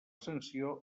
sanció